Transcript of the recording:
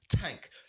tank